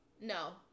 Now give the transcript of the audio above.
No